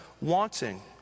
wanting